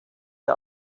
der